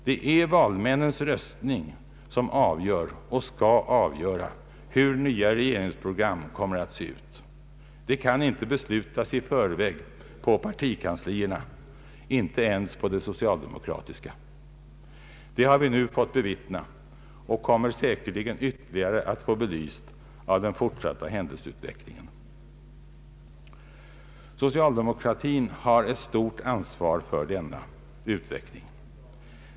Det är valmännens röstning som avgör och skall avgöra hur nya regeringsprogram kommer att se ut. Det kan inte beslutas i förväg på partikanslierna — inte ens på det socialdemokratiska. Det har vi nu fått bevittna och kommer säkerligen att få ytterligare belyst av den fortsatta händelseutvecklingen. Socialdemokratin har ett stort ansvar för denna utveckling.